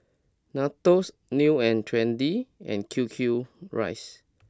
Nandos New and Trendy and Q Q Rice